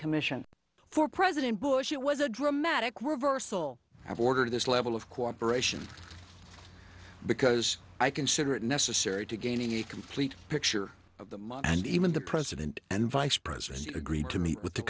commission for president bush it was a dramatic reversal of order this level of cooperation because i consider it necessary to gain a complete picture of the mind and even the president and vice president agreed to meet with the